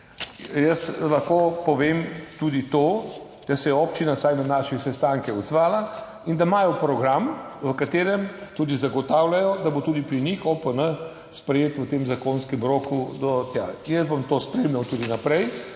Lahko povem tudi to, da se je občina vsaj na naše sestanke odzvala in da imajo program, v katerem tudi zagotavljajo, da bo tudi pri njih OPN sprejet v tem zakonskem roku. Jaz bom to spremljal tudi naprej